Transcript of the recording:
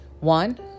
One